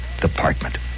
department